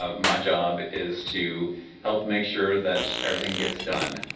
ah my job is to help make sure that everything gets done.